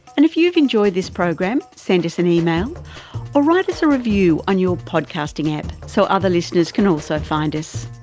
and if you've enjoyed the program send us an email or write us a review on your podcasting app so other listeners can also find us.